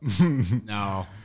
No